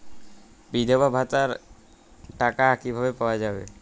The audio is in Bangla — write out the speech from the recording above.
বিধবা ভাতার টাকা কিভাবে পাওয়া যাবে?